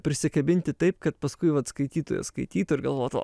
prisikabinti taip kad paskui vat skaitytojas skaitytų ir galvotų